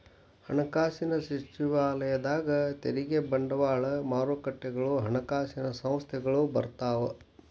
ಹಣಕಾಸಿನ ಸಚಿವಾಲಯದಾಗ ತೆರಿಗೆ ಬಂಡವಾಳ ಮಾರುಕಟ್ಟೆಗಳು ಹಣಕಾಸಿನ ಸಂಸ್ಥೆಗಳು ಬರ್ತಾವ